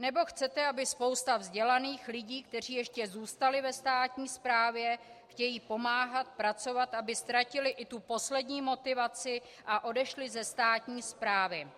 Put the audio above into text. Nebo chcete, aby spousta vzdělaných lidí, kteří ještě zůstali ve státní správě, chtějí pomáhat a pracovat, ztratila i tu poslední motivaci a odešla ze státní správy?